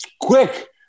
quick